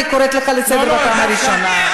אני קוראת אותך לסדר פעם ראשונה.